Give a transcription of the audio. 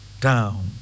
down